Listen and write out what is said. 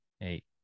eight